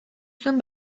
zuen